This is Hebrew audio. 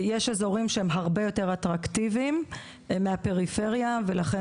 יש אזורים שהם הרבה יותר אטרקטיביים מהפריפריה ולכן